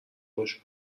خوش